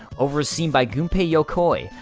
overseen by gunpei yokoi,